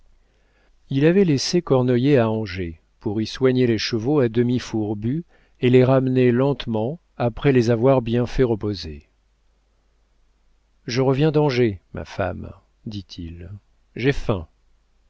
il avait laissé cornoiller à angers pour y soigner les chevaux à demi fourbus et les ramener lentement après les avoir bien fait reposer je reviens d'angers ma femme dit-il j'ai faim